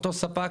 אותו ספק,